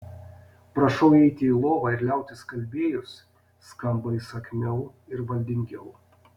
prašau eiti į lovą ir liautis kalbėjus skamba įsakmiau ir valdingiau